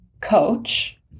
coach